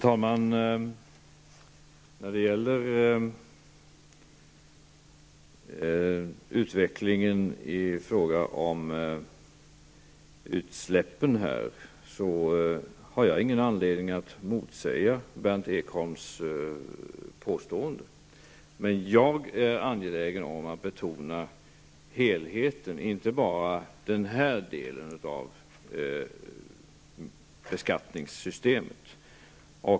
Herr talman! När det gäller utvecklingen i fråga om utsläppen har jag ingen anledning att motsäga Berndt Ekholms påstående. Men jag är angelägen om att betona helheten och att man inte enbart skall se till den här delen av beskattningssystemet.